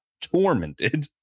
tormented